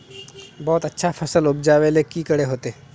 बहुत अच्छा फसल उपजावेले की करे होते?